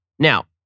Now